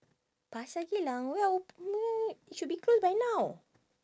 pasar geylang where op~ no no wait should be closed by now